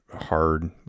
hard